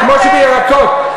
החוק לא עולה, זה רק, כמו שבירקות.